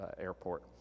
airport